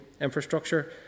infrastructure